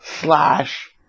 slash